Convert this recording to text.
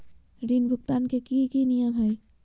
ऋण भुगतान के की की नियम है?